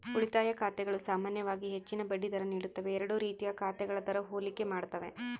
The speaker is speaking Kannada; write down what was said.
ಉಳಿತಾಯ ಖಾತೆಗಳು ಸಾಮಾನ್ಯವಾಗಿ ಹೆಚ್ಚಿನ ಬಡ್ಡಿ ದರ ನೀಡುತ್ತವೆ ಎರಡೂ ರೀತಿಯ ಖಾತೆಗಳ ದರ ಹೋಲಿಕೆ ಮಾಡ್ತವೆ